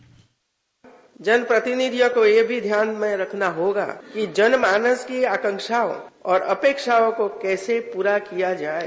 bite जनप्रतिनिधियों को यह भी ध्यान में रखना होगा कि जनमानस की आकांक्षाओं और अपेक्षाओं को कैसे पूरा किया जाये